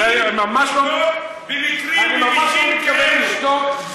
אני ממש לא מתכוון לשתוק,